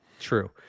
True